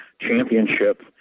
championship